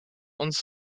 uns